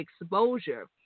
exposure